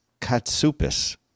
Katsupis